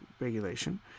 regulation